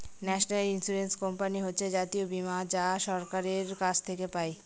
national insurance company হচ্ছে জাতীয় বীমা যা সরকারের কাছ থেকে পাই